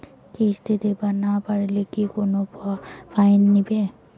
কিস্তি দিবার না পাইলে কি কোনো ফাইন নিবে?